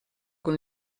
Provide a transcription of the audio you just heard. con